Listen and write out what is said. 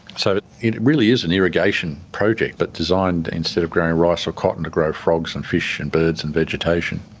so it really is an irrigation project, but designed instead of growing rice or cotton, to grow frogs and fish and birds and vegetation.